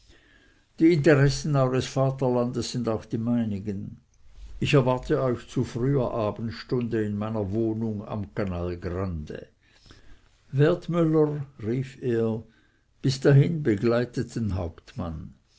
die interessen eures vaterlandes sind auch die meinigen ich erwarte euch zu früher abendstunde in meiner wohnung am canal grande wertmüller rief er bis dahin begleitet den hauptmann